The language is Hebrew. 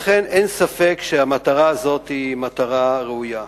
לכן, אין ספק שהמטרה הזאת היא מטרה ראויה.